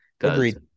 Agreed